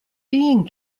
being